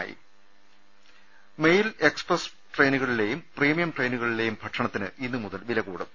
്്്്്്് mail express ട്രെയിനുകളിലെയും premium ട്രെയിനു കളിലെയും ഭക്ഷണത്തിന് ഇന്നുമുതൽ വില് കൂടും